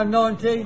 £1.90